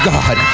God